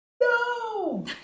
No